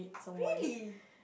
really